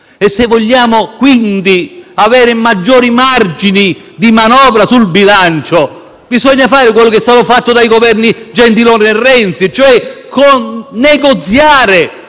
e se vogliamo avere maggiori margini di manovra sul bilancio, bisogna fare quello che è stato fatto dai governi Gentiloni Silveri e Renzi, e cioè negoziare